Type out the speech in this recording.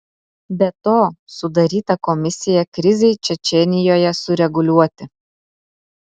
be to sudaryta komisija krizei čečėnijoje sureguliuoti